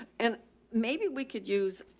and maybe we could use,